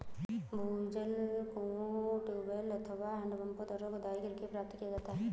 भूजल कुओं, ट्यूबवैल अथवा हैंडपम्पों द्वारा खुदाई करके प्राप्त किया जाता है